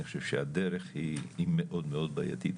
אני חושב שהדרך היא מאוד מאוד בעייתית,